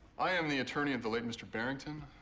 i am the attorney of the late mr. barrington.